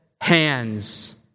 hands